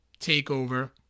takeover